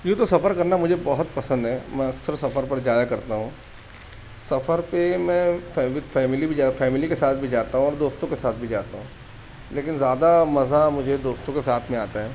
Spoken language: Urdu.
یوں تو سفر کرنا مجھے بہت پسند ہے میں اکثر سفر پہ جایا کرتا ہوں سفر پہ میں فیملی ود فیملی بھی فیملی کے ساتھ بھی جایا کرتا ہوں اور دوستوں کے ساتھ بھی جاتا ہوں لیکن زیادہ مزہ مجھے دوستوں کے ساتھ میں آتا ہے